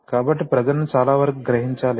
కాబట్టి ప్రెషర్ ని చాలావరకు గ్రహించాలి